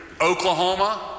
Oklahoma